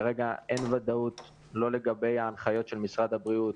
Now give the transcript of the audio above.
כרגע אין ודאות לגבי ההנחיות של משרד הבריאות